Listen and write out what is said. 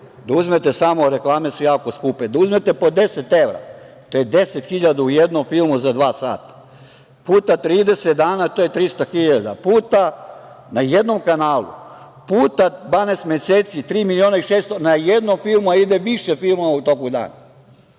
da uzmete samo reklame su jako skupe, da uzmete po 10 evra, to je 10.000 u jednom filmu za dva sata, puta 30 dana, to je 300.000, puta na jednom kanalu, puta 12 meseci, 3.600.000 na jednom filmu, a ide više filmova u toku dana.